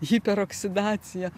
hiper oksidacija